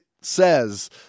says